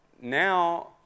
now